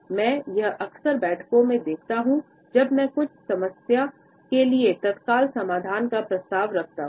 मैं यह अक्सर बैठकों में देखता हूँ जब मैं कुछ समस्या के लिए तत्काल समाधान का प्रस्ताव रखता हूं